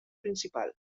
principal